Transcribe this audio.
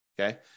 Okay